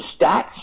stats